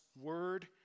word